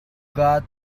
got